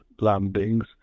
landings